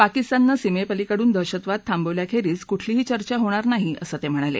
पाकिस्ताननं सीमेपलीकडून दहशतवाद थांबवल्याखेरीज कुठलीही चर्चा होणार नाही असं ते म्हणाले